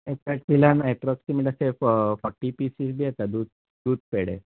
एका किलान अप्रोक्सिमेटली अशें फोर्टी पिसीस बी येता दुध पेडे